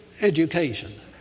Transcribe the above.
education